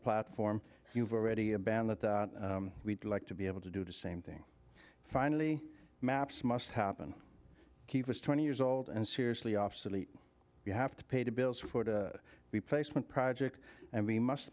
platform you've already abandoned we'd like to be able to do the same thing finally maps must happen keep us twenty years old and seriously obsolete you have to pay the bills for the replacement project and we must